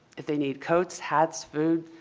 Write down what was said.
if they need coats, hats, food,